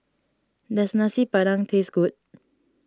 does Nasi Padang taste good